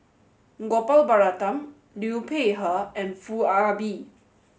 Gopal Baratham Liu Peihe and Foo Ah Bee